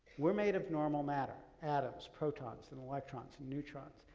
we're made of normal matter atoms, protons and electrons and neutrons.